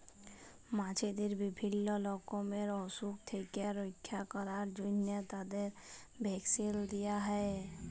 মাছদের বিভিল্য রকমের অসুখ থেক্যে রক্ষা ক্যরার জন্হে তাদের ভ্যাকসিল দেয়া হ্যয়ে